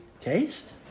taste